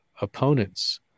opponents